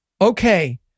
Okay